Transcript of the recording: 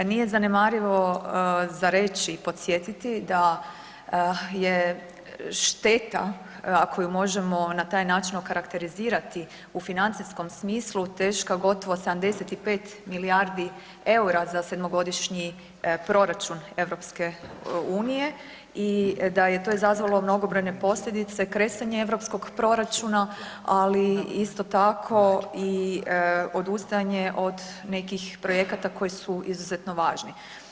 Nije zanemarivo za reći i podsjetiti da je šteta ako ju možemo na taj način okarakterizirati u financijskom smislu teška gotovo 75 milijardi EUR-a za 7-godišnji proračun EU i da je to izazvalo mnogobrojne posljedice, kresanje europskog proračuna, ali isto tako i odustajanje od nekih projekata koji su izuzetno važni.